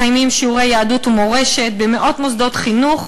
מקיימים שיעורי יהדות ומורשת במאות מוסדות חינוך.